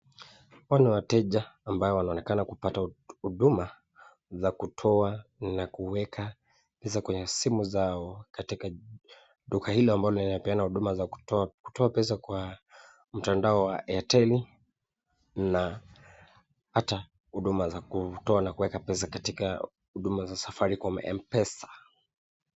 Hawa ni wateja ambao wanaonekana kupata huduma za kutoa na kuweka pesa kwenye simu zao katika duka hili linapeana huduma za kutoa pesa kwa mtandao wa Airtel na hata huduma za kutoa na kuweka pesa katika huduma za safaricom mpesa.